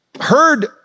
heard